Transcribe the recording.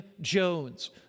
Jones